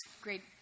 great